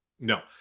no